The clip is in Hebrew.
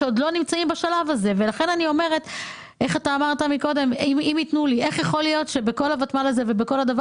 אני מבקשת שבכל מתחם